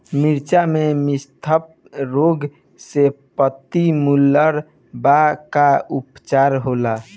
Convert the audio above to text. मिर्च मे थ्रिप्स रोग से पत्ती मूरत बा का उपचार होला?